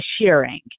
shearing